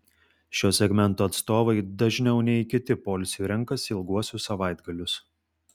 šio segmento atstovai dažniau nei kiti poilsiui renkasi ilguosius savaitgalius